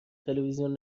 تلویزیون